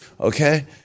okay